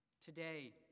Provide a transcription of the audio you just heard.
today